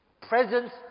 presence